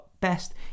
best